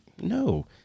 No